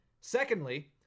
Secondly